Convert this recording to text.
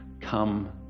come